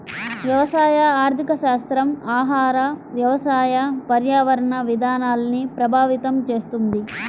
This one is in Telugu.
వ్యవసాయ ఆర్థికశాస్త్రం ఆహార, వ్యవసాయ, పర్యావరణ విధానాల్ని ప్రభావితం చేస్తుంది